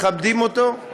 מכבדים אותו,